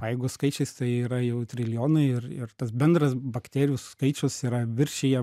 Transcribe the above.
o jeigu skaičiais tai yra jau trilijonai ir ir tas bendras bakterijų skaičius yra viršija